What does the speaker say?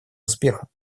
успеха